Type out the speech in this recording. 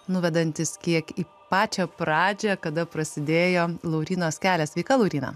nuvedantis kiek į pačią pradžią kada prasidėjo laurynos kelias sveika lauryna